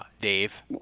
Dave